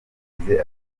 yagize